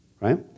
Right